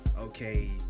okay